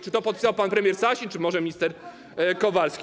Czy to podpisał pan premier Sasin czy może minister Kowalski?